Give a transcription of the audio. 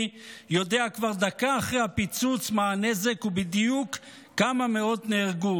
יודע כבר דקה אחרי הפיצוץ מה הנזק וכמה מאות בדיוק נהרגו,